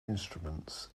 instruments